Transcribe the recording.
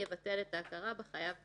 יבטל את ההכרה בחייב בתיק.